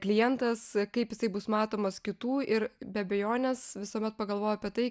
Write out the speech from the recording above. klientas kaip jisai bus matomas kitų ir be abejonės visuomet pagalvoju apie tai